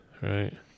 right